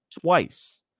twice